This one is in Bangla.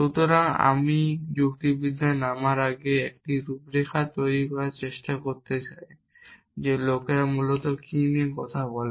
সুতরাং আমি যুক্তিবিদ্যায় নামার আগে আমি একটি রূপরেখা তৈরি করার চেষ্টা করতে চাই যে লোকেরা মূলত কী নিয়ে কথা বলে